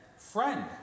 Friend